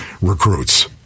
recruits